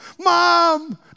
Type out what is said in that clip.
mom